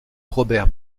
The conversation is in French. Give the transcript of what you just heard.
robert